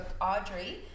Audrey